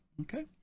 okay